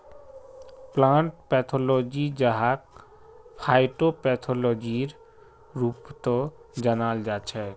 plant pathology जहाक फाइटोपैथोलॉजीर रूपतो जानाल जाछेक